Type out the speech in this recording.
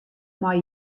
mei